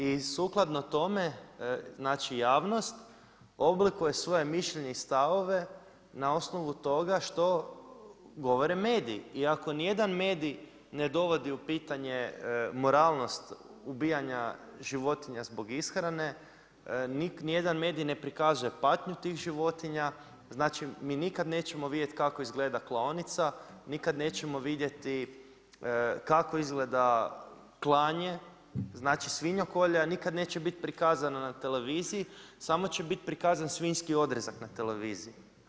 I sukladno tome javnost oblikuje svoje mišljenje i stavove na osnovu toga što govore mediji i ako nijedan medij ne dovodi u pitanje moralnost ubijanja životinja zbog ishrane, nijedan medij ne prikazuje patnju tih životinja mi nećemo nikada vidjet kako izgleda klaonica, nikada nećemo vidjeti kako izgleda klanje, znači svinjokolja nikada neće biti prikazana na televiziji, samo će biti prikazan svinjski odrezak na televiziji.